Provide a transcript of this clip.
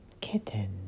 Kitten